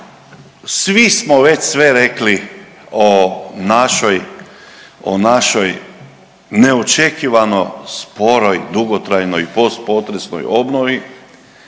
Svi smo već sve rekli o našoj, o našoj neočekivano sporoj, dugotrajnoj i post potresnoj obnovi.